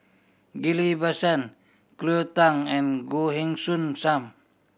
Ghillie Basan Cleo Thang and Goh Heng Soon Sam